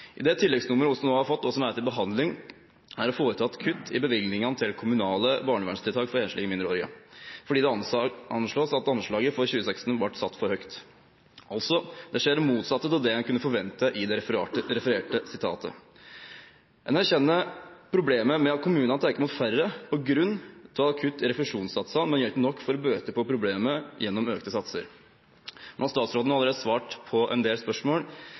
I det tilleggsnummeret vi nå har fått, og som er til behandling, er det foretatt kutt i bevilgningene til kommunale barnevernstiltak for enslige mindreårige fordi det anslås at anslaget for 2016 ble satt for høyt – det skjer altså det motsatte av det en kunne forvente ut fra det refererte sitatet. En erkjenner problemet med at kommunene tar imot færre på grunn av kutt i refusjonssatsene, men gjør ikke nok for å bøte på problemet gjennom økte satser. Nå har statsråden allerede svart på en del spørsmål,